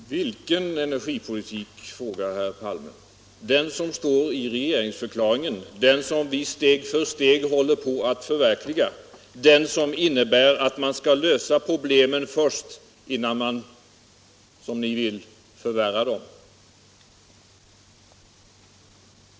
Herr talman! Vilken energipolitik, frågar herr Palme. Den som står i regeringsförklaringen, den som vi steg för steg håller på att förverkliga, den som innebär att man skall lösa problemen innan man, som ni vill, förvärrar dem.